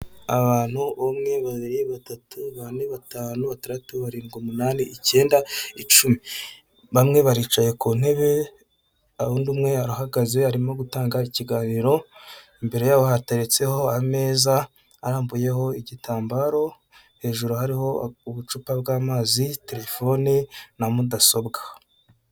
Abantu umwe, babiri, batatu, bane, batanu, batandatu, barindwi, umunani, icyenda, icumi bamwe baricaye ku ntebe undi umwe arahagaze arimo gutanga ikiganiro imbere yabo hateretseho ameza arambuyeho igitambaro, hejuru hariho ubucupa bw'amazi telefone na mudasobwa.